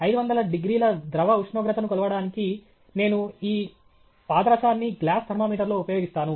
500 డిగ్రీల ద్రవ ఉష్ణోగ్రతను కొలవడానికి నేను ఈ పాదరసాన్ని గ్లాస్ థర్మామీటర్లో ఉపయోగిస్తాను